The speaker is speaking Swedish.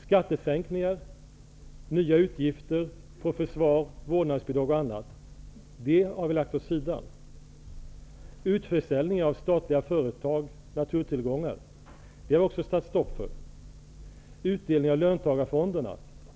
Skattesänkningar, nya utgifter för försvar, vårdnadsbidrag och annat, har vi lagt åt sidan. Utförsäljning av statliga företag och naturtillgångar har vi satt stopp för. Utdelning av löntagarfonderna